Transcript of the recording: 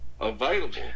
Available